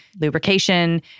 lubrication